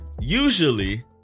usually